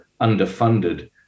underfunded